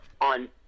on